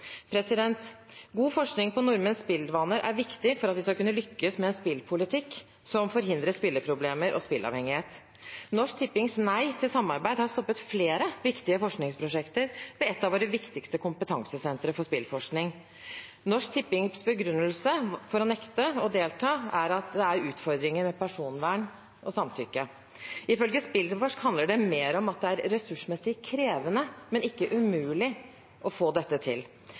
God forskning på nordmenns spillevaner er viktig for at vi skal kunne lykkes med en spillpolitikk som forhindrer spilleproblemer og spilleavhengighet. Norsk Tippings nei til samarbeid har stoppet flere viktige forskningsprosjekter ved et av våre viktigste kompetansesentre for spillforskning. Norsk Tippings begrunnelse for å nekte å delta er at det er utfordringer med personvern og samtykke. Ifølge SPILLFORSK handler det mer om at det er ressursmessig krevende, men ikke umulig å få dette til.